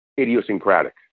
idiosyncratic